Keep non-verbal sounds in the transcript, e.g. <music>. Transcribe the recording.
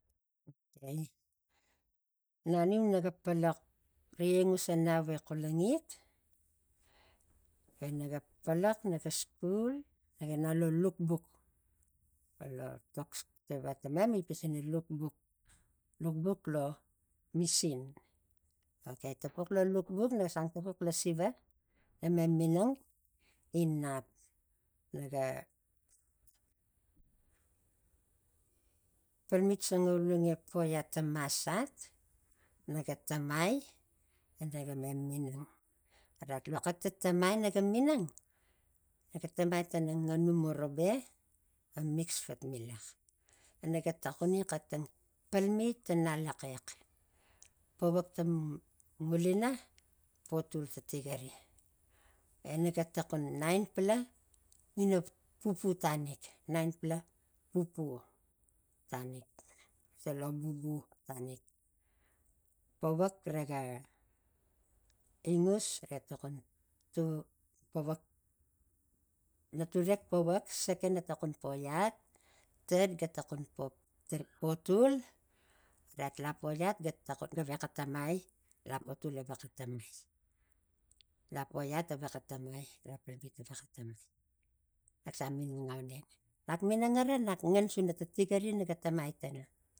Okei naniu naga polok riga ingausanau e kulangit e naga polok naga skul naga inang lo luk buk lo etok siva tamem mema pisingi pana luk buk- luk buk blo misin. Okei tapux lo luk buk naga sang tapuk lo siva eme minang inap naga palmit sangaulung e poitat a masat naga tamai e naga ma minang <unintelligible> nag atamai tana nganu morobe ga mix fatmila na ga taxuni xawktang palmit a ngalaxex pavuak tang ngulina potul tang tigiri e nag atokon nainpla ngina pupu tanik nainpla pupu tanik <unintelligible> pavak rega ingusrega tokon to pavak naturek pavak sekan ga takon poiat ted ga tokon potul rait la poiat gavexa tamai lo potul gavexa tamai lapoiat gavexta tamai lapalmit gavexa tamai nak se minang auneng nak minang aro nak ngan suna tang tigirrri naga tamai suna.